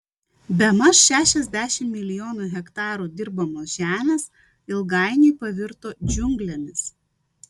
bemaž šešiasdešimt milijonų hektarų dirbamos žemės ilgainiui pavirto džiunglėmis